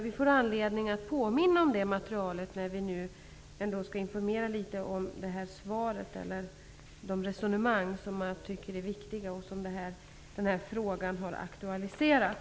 Vi får anledning att påminna om det materialet när vi nu skall informera om svaret och om de viktiga resonemang som den här frågan har aktualiserat.